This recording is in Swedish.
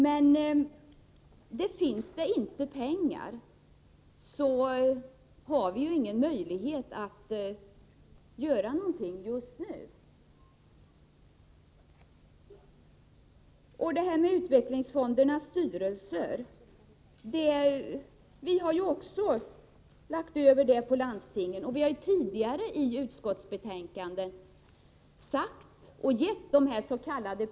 Men finns det inte pengar, har vi inga möjligheter att göra någonting just nu. Ansvaret för valet av ledamöter i utvecklingsfondernas styrelser har vi ju redan lagt över på landstingen. Vi har också tidigare i utskottsbetänkanden satt upps.k.